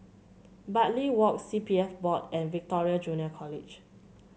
Bartley Walk C P F Board and Victoria Junior College